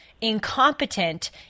Incompetent